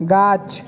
গাছ